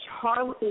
Charlie